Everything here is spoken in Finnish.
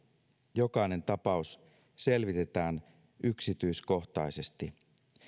jokainen tapaus selvitetään yksityiskohtaisesti